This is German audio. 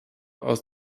aus